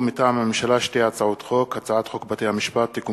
מטעם הממשלה: הצעת חוק בתי-המשפט (תיקון